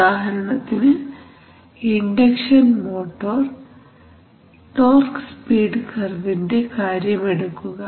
ഉദാഹരണത്തിന് ഒരു induction motor torque speed കർവിന്റെ കാര്യമെടുക്കുക